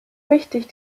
wichtig